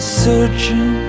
searching